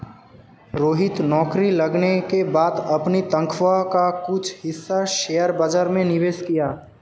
रोहित नौकरी लगने के बाद अपनी तनख्वाह का कुछ हिस्सा शेयर बाजार में निवेश किया